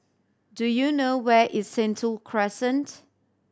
do you know where is Sentul Crescent